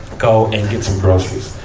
go and get some groceries.